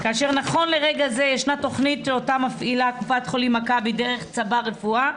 כאשר נכון לרגע זה יש תכנית שאותה מפעילה קופ"ח מכבי דרך צבר רפואה,